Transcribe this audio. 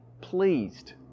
pleased